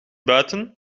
buiten